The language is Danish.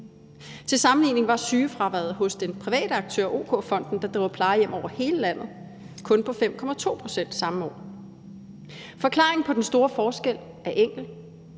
Til sammenligning var sygefraværet hos den private aktør OK-Fonden, der driver plejehjem over hele landet, kun på 5,2 pct. samme år. Forklaringen på den store forskel er enkel: